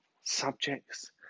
subjects